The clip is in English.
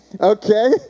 Okay